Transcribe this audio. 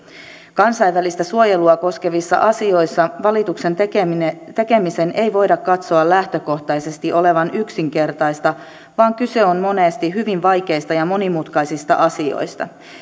kansainvälistä suojelua koskevissa asioissa valituksen tekemisen ei voida katsoa lähtökohtaisesti olevan yksinkertaista vaan kyse on monesti hyvin vaikeista ja monimutkaisista asioista